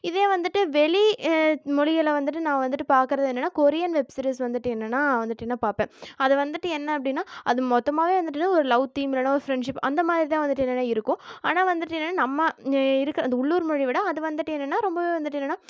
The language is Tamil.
இதே வந்துவிட்டு வெளி மொழிகளில் வந்துட்டு நான் வந்துவிட்டு பார்க்குறது என்னன்னா கொரியன் வெப் சீரிஸ் வந்துவிட்டு என்னன்னா வந்துவிட்டு நான் பார்ப்பேன் அதில் வந்துவிட்டு என்ன அப்படின்னா அது மொத்தமாகவே வந்துவிட்டு ஒரு லவ் தீம் இல்லைன்னா ஒரு ஃப்ரெண்ட்ஷிப் அந்த மாதிரிதான் வந்துவிட்டு என்னன்னா இருக்கும் ஆனால் வந்துவிட்டு என்னன்னா நம்ம இங்கே இருக்கிற அந்த உள்ளூர் மொழியை விட அது வந்துவிட்டு என்னன்னா ரொம்பவே வந்துவிட்டு என்னன்னா